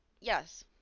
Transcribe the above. yes